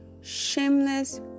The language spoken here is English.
shameless